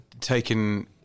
taken